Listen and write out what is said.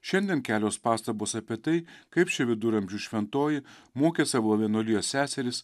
šiandien kelios pastabos apie tai kaip ši viduramžių šventoji mokė savo vienuolijos seseris